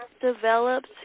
developed